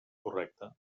correcte